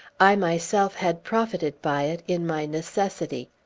i myself had profited by it, in my necessity.